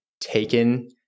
taken